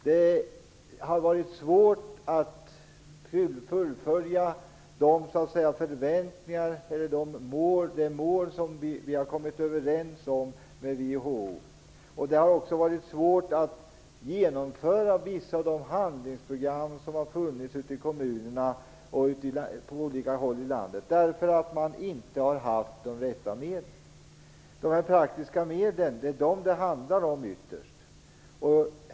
Det har varit svårt att fullfölja de mål som vi har kommit överens med WHO om. Det har också varit svårt att genomföra vissa av de handlingsprogram som har funnits ute i kommunerna på olika håll i landet. Man har inte haft de rätta medlen. Det är de praktiska medlen som det ytterst handlar om.